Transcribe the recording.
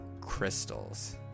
Crystals